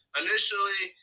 initially